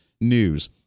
News